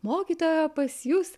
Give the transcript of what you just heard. mokytoja pas jus